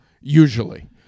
Usually